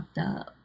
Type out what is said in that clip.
up